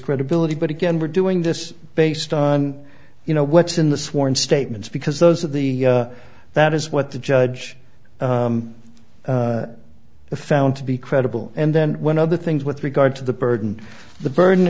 credibility but again we're doing this based on you know what's in the sworn statements because those are the that is what the judge found to be credible and then when other things with regard to the burden the burden